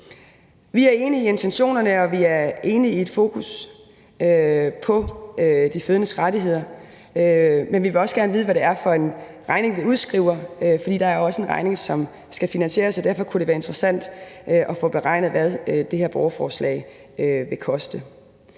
Vi er enige i intentionerne, og vi er enige i et fokus på de fødendes rettigheder, men vi vil også gerne vide, hvad det er for en regning, vi udskriver, fordi der også er en regning, som skal finansieres, og derfor kunne det være interessant at få beregnet, hvad det her borgerforslag vil koste.